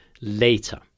later